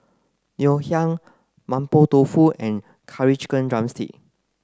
Ngoh Hiang Mapo Tofu and curry chicken drumstick